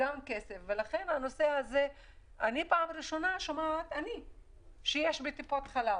פעם ראשונה שאני שומעת שיש כיסאות בטיפות חלב.